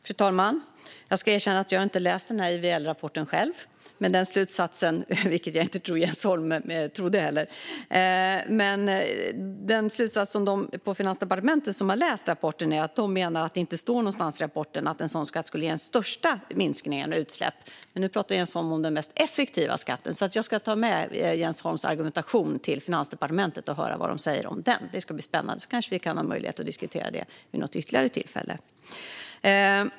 Fru talman! Jag ska erkänna att jag inte har läst IVL-rapporten själv, vilket jag inte heller tror att Jens Holm trodde. Den slutsats som de på Finansdepartementet som har läst rapporten drar är att det inte står någonstans i rapporten att en sådan skatt skulle ge den största minskningen av utsläpp. Nu pratar Jens Holm om den mest effektiva skatten, så jag ska ta med Jens Holms argumentation till Finansdepartementet och höra vad de säger om den. Det ska bli spännande. Vi kanske får möjlighet att diskutera detta vid något ytterligare tillfälle.